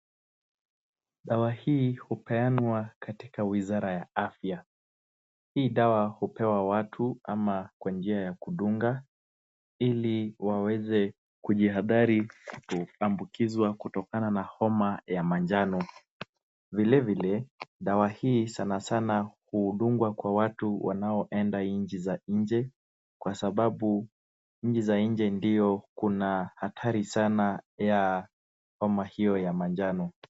Dawa hii hupeanwa katika wizara ya afya. Hii dawa hupewa watu ama kwa njia ya kudunga ili waweze kujihadhari kuambukizwa kutokana na homa ya manjano, vile vile dawa hii sana sana hudungwa kwa watu wanaoenda inchi za inje. Kwa sababu, inchi za inje ndio kuna hatari sana ya homa hio ya manjano.